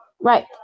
Right